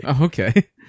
Okay